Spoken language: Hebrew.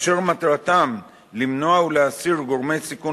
אשר מטרתן למנוע ולהסיר גורמי סיכון